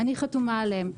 אני חתומה עליהם.